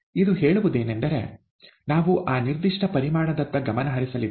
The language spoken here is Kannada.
ಇದು ಹೇಳುವುದೇನೆಂದರೆ ನಾವು ಆ ನಿರ್ದಿಷ್ಟ ಪರಿಮಾಣದತ್ತ ಗಮನ ಹರಿಸಲಿದ್ದೇವೆ